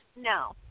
No